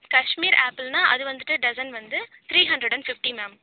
கஷ்மீர் ஆப்பிள்னா அது வந்துவிட்டு டசன் வந்து three hundred and fifty ma'am